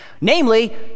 Namely